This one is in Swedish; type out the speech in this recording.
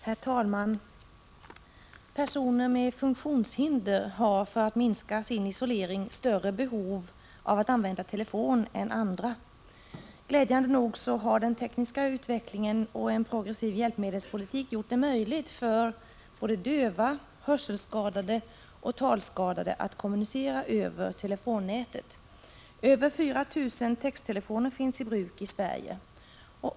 Herr talman! Personer med funktionshinder har för att minska sin isolering större behov av att använda telefon än andra. Glädjande nog har den tekniska utvecklingen och en progressiv hjälpmedelspolitik gjort det möjligt för döva, hörselskadade och talskadade att kommunicera över telefonnätet. Över 4 000 texttelefoner finns i bruk i Sverige.